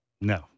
No